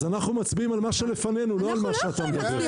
אנחנו מצביעים על מה שלפנינו, לא על מה שאתה מדבר.